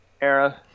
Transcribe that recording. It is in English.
era